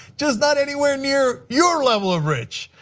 just not anywhere near your level of rich.